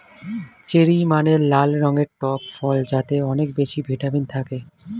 cherry মানে লাল রঙের টক ফল যাতে অনেক বেশি ভিটামিন থাকে